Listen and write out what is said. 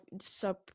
sub